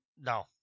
No